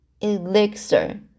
elixir